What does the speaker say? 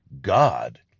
God